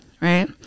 Right